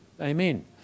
Amen